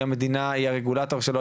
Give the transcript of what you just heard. המדינה היא הרגולטור שלו,